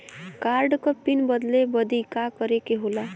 Card क PIN बदले बदी का करे के होला?